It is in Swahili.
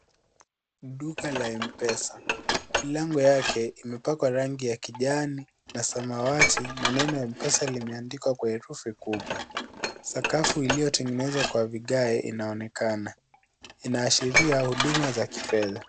Duka la mpesa. Milango yake imepakwa rangi ya kijani na samawati na neno mpesa limeandikwa kwa herufi kubwa. Sakafu iliyotengenezwa kwa vigae inaonekana. Inaashiria huduma za kifedha.